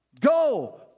go